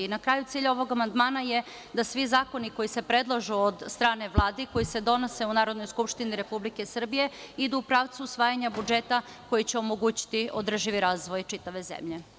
Na kraju, cilj ovog amandmana je da svi zakoni koji se predlažu od strane Vlade i koji se donose u Narodnoj skupštini Republike Srbije idu u pravcu usvajanja budžeta koji će omogućiti održivi razvoj čitave zemlje.